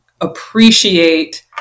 Appreciate